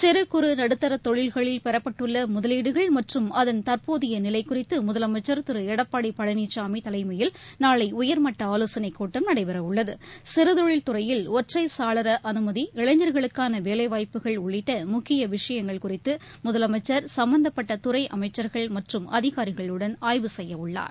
சிறு குறு நடுத்தர தொழில்களில் பெறப்பட்டுள்ள முதலீடுகள் மற்றும் அதன் தற்போதைய நிலை குறித்து முதலமைச்சர் திரு எடப்பாடி பழனினமி தலைமையில் நாளை உயர்மட்ட ஆலோசனைக் கூட்டம் நடைபெறவுள்ளது சிறுதொழில் துறையில் ஒற்றைச் சாளர அனுமதி இளைஞர்களுக்கான வேலை வாய்ப்புகள் உள்ளிட்ட முக்கிய விஷயங்கள் குறித்து முதலனமச்சர் சம்பந்தப்பட்ட துறை அமைச்சர்கள் மற்றும் அதிகாரிகளுடன் ஆய்வு செய்யவுள்ளார்